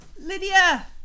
Lydia